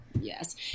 Yes